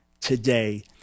today